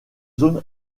zone